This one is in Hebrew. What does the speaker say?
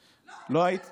לא, טעית,